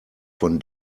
von